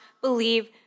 believe